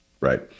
Right